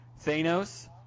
Thanos